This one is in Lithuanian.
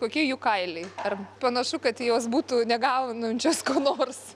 kokie jų kailiai ar panašu kad jos būtų negaunančios ko nors